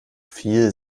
viel